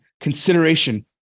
consideration